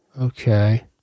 Okay